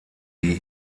die